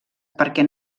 perquè